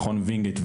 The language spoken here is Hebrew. מכון וינגייט,